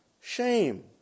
shame